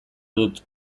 dut